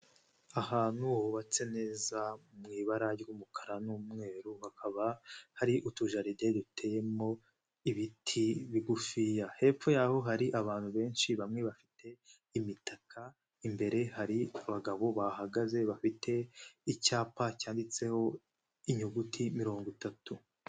Ahantu hubatse neza mu ibara ry'umukara n'umweru, hakaba hari utujaride duteyemo ibiti bigufiya, hepfo yaho hari abantu benshi, bamwe bafite imitaka, imbere hari abagabo bahahagaze, bafite icyapa cyanditseho, inyuguti mirongo itatu.